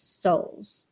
souls